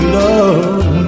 love